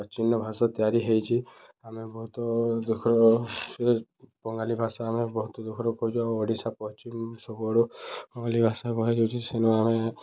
ପ୍ରାଚୀନ ଭାଷା ତିଆରି ହେଇଛି ଆମେ ବହୁତ ଦୁଃଖର ବଙ୍ଗାଳୀ ଭାଷା ଆମେ ବହୁତ ଦୁଃଖରୁ କହୁଛୁ ଆମ ଓଡ଼ିଶା ପଶ୍ଚିମ ସବୁଆଡ଼ୁ ବଙ୍ଗାଳୀ ଭାଷା କୁହାଯାଉଛି ସେଣୁ ଆମେ